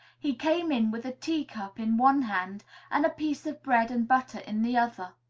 he came in with a teacup in one hand and a piece of bread and butter in the other.